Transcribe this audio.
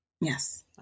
Yes